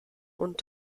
und